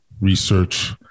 research